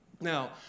Now